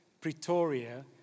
Pretoria